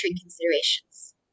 considerations